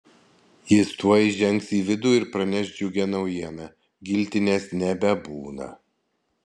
jis tuoj įžengs į vidų ir praneš džiugią naujieną giltinės nebebūna